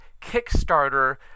Kickstarter